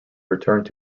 returned